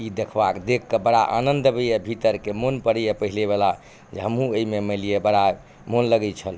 ई देखबाक देखकऽ बड़ा आनन्द अबैये भीतरके मोन पड़ैये पहिलेवला जे हमहुँ अइमे मानि लिअ बड़ा मोन लगय छल